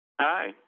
Hi